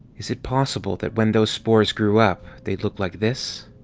is it possible that when those spores grew up, they'd look like this?